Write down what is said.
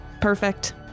Perfect